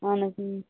اَہَن حظ اۭں